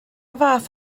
fath